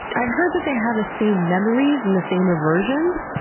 i've heard that they have the same memories and the same aversions?